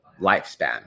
lifespan